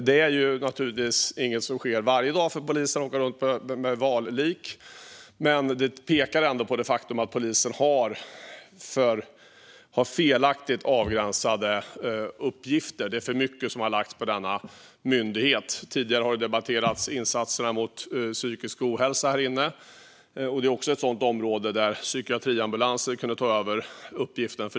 Det sker naturligtvis inte varje dag att polisen åker runt med liket av en val, men det pekar ändå mot det faktum att polisen har felaktigt avgränsade uppgifter. Det är för mycket som har lagts på denna myndighet. Tidigare har insatserna mot psykisk ohälsa debatterats här, och det är också ett sådant område. Psykiatriambulanser skulle kunna ta över en del uppgifter från polisen.